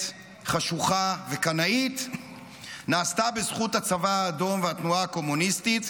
חשוכה וקנאית נעשה בזכות הצבא האדום והתנועה הקומוניסטית,